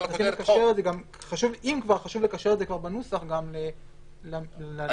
חשוב לקשר את זה בנוסח גם לנסיבות.